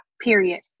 period